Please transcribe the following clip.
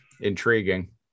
intriguing